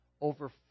over